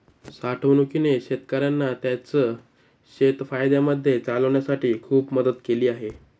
साठवणूकीने शेतकऱ्यांना त्यांचं शेत फायद्यामध्ये चालवण्यासाठी खूप मदत केली आहे